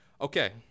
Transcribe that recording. Okay